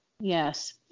Yes